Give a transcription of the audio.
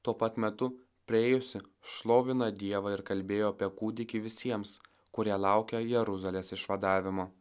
tuo pat metu priėjusi šlovino dievą ir kalbėjo apie kūdikį visiems kurie laukė jeruzalės išvadavimo